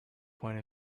point